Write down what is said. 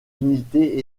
unités